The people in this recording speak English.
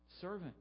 servant